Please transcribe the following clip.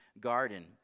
garden